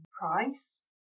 price